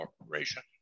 corporation